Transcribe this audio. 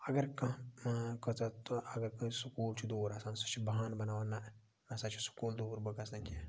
اَگر کانٛہہ ما کۭژاہ تہٕ اَگر کٲنٛسہِ سکوٗل چھُ دوٗر آسان سُہ چھِ بَہان بَناوان نَہ مےٚ ہَسا چھُ سکوٗل دوٗر بہٕ گَژھنہٕ کیٚنٛہہ